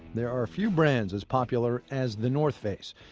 there are few brands as popular as the north face.